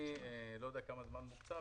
אני לא יודע כמה זמן מוקצב